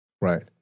right